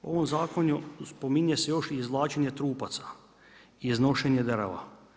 U ovom zakonu spominje se još i izvlačenje trupaca i iznošenje drva.